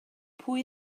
pwy